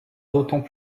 d’autant